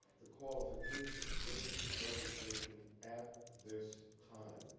the qualification, to introduce legislation at this time.